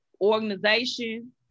organization